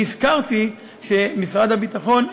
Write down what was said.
הזכרתי שמשרד הביטחון,